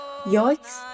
Yoiks